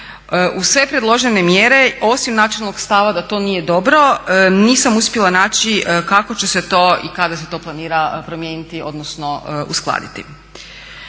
Uz sve predložene mjere osim načelnog stava da to nije dobro nisam uspjela naći kako će se to i kada se to planira promijeniti odnosno uskladiti.